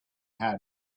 had